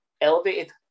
elevated